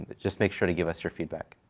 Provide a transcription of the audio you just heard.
but just make sure to give us your feedback,